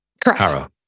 Correct